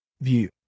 view